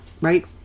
right